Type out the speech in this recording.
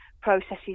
processes